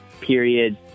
period